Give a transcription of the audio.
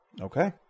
Okay